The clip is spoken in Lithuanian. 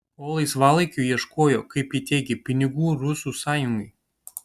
o laisvalaikiu ieškojo kaip ji teigė pinigų rusų sąjungai